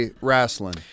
wrestling